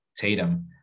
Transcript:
Tatum